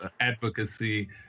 advocacy